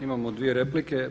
Imamo dvije replike.